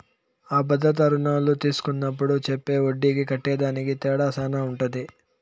అ భద్రతా రుణాలు తీస్కున్నప్పుడు చెప్పే ఒడ్డీకి కట్టేదానికి తేడా శాన ఉంటది